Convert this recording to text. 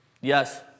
Yes